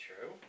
true